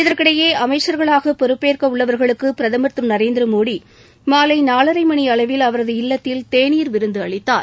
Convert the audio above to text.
இதற்கிடையே அமைச்சர்களாக பொறுப்பேற்க உள்ளவர்களுக்கு பிரதமர் திரு நரேந்திரமோடி மாலை நாலரை மணி அளவில் அவரது இல்லத்தில் தேநீர் விருந்து அளித்தார்